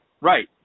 Right